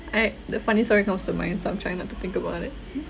eh the funny story comes to mind so I'm trying not to think about it